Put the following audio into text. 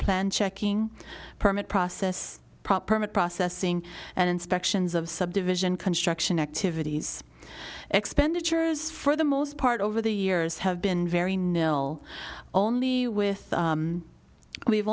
plan checking permit process proper image processing and inspections of subdivision construction activities expenditures for the most part over the years have been very no only with we've